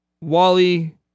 Wally